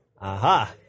Aha